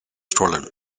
stolen